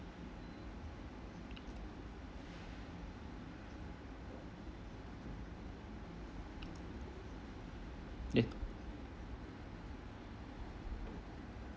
eh